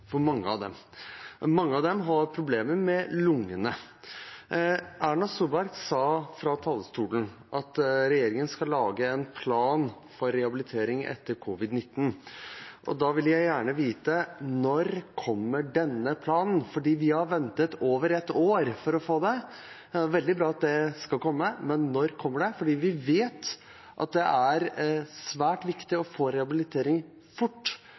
Mange av dem har problemer med lungene. Erna Solberg sa fra talerstolen at regjeringen skal lage en plan for rehabilitering etter covid-19. Da vil jeg gjerne vite: Når kommer denne planen? Vi har ventet over ett år på å få det. Det er veldig bra at det skal komme, men når kommer det? Vi vet at det er svært viktig å få rehabilitering fort,